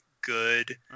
good